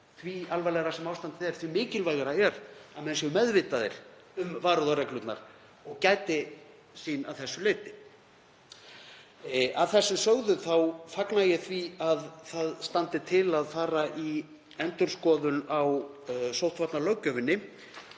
því alvarlegra sem ástandið er, því mikilvægara sé að menn séu meðvitaðir um varúðarreglurnar og gæti sín að þessu leyti. Að þessu sögðu þá fagna ég því að það standi til að fara í endurskoðun á sóttvarnalöggjöfinni.